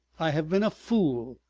i have been a fool,